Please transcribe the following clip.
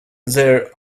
their